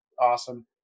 awesome